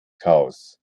chaos